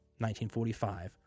1945